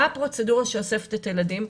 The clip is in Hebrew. מה הפרוצדורה שאוספת את הילדים?